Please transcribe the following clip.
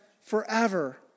forever